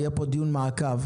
יהיה פה דיון מעקב.